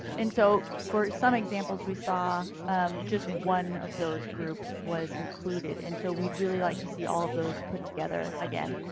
and so for some examples we saw just one of those groups was included. and so we'd really like to see all of those put together again.